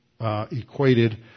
equated